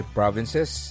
provinces